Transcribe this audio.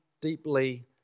deeply